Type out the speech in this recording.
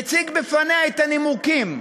מציג בפניה את הנימוקים,